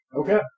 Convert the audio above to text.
Okay